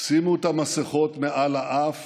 שימו את המסכות מעל לאף